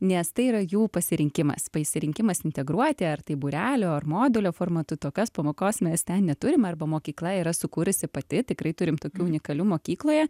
nes tai yra jų pasirinkimas pasirinkimas integruoti ar tai būrelio ar modulio formatu tokios pamokos mes ten neturim arba mokykla yra sukūrusi pati tikrai turim tokių unikalių mokykloje